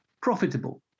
profitable